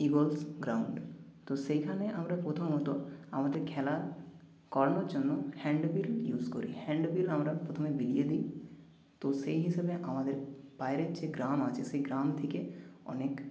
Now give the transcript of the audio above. Eagles ground তো সেইখানে আমরা প্রথমত আমাদের খেলা করানোর জন্য হ্যাণ্ডবিল ইউস করি হ্যাণ্ডবিল আমরা প্রথমে বিলিয়ে দিই তো সেই হিসেবে আমাদের বাইরের যে গ্রাম আছে সেই গ্রাম থেকে অনেক